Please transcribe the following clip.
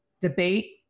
debate